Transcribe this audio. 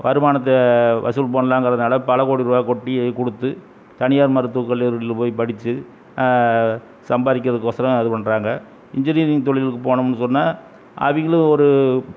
வருமானத்தை வசூல் பண்ணலாங்கிறதுனால பல கோடி ரூபா கொட்டி அது கொடுத்து தனியார் மருத்துவ கல்லூரிகளில் போய் படித்து சம்பாதிக்கிறதுக்கோசரம் அது பண்ணுறாங்க இன்ஜீனியரிங் தொழிலுக்கு போனோம்னு சொன்னால் அவங்களும் ஒரு